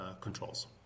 controls